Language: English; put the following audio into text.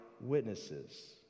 witnesses